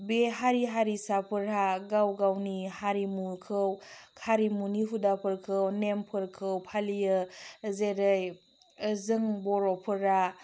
बे हारि हारिसाफोरहा गाव गावनि हारिमुखौ खारिमुनि हुदाफोरखौ नेमफोरखौ फालियो जेरै जों बर'फोरा